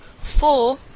four